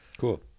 Cool